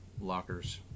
lockers